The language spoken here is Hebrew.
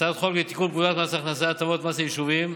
הצעת חוק לתיקון פקודת מס הכנסה (הטבות מס ליישובים),